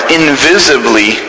invisibly